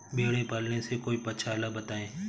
भेड़े पालने से कोई पक्षाला बताएं?